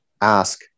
ask